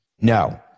No